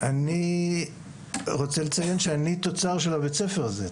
אני רוצה לציין שאני תוצר של בית הספר הזה.